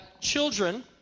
children